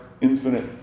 infinite